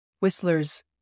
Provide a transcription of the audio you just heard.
Whistler's